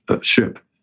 ship